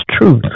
truth